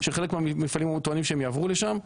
שחלק מהמפעלים טוענים שהם יעברו לשם,